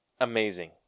Amazing